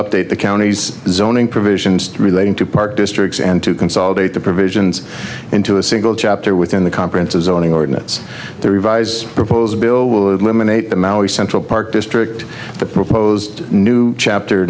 update the county's zoning provisions relating to park districts and to consolidate the provisions into a single chapter within the conference as zoning ordinance the revise proposed bill would women ate the maui central park district the proposed new chapter